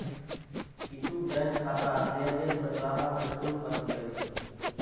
किछु बैंक खाताक लेनदेन पर ग्राहक सं शुल्क वसूलै छै